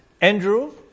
Andrew